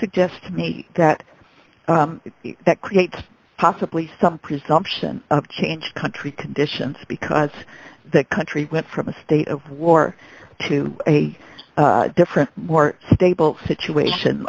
suggests to me that that creates possibly some presumption of change country conditions because that country went from a state of war to a different more stable situation